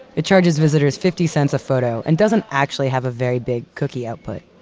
it charges visitors fifty cents a photo and doesn't actually have a very big cookie output.